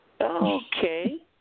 Okay